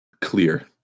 clear